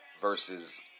versus